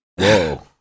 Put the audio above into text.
Whoa